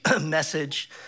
message